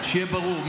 שיהיה ברור,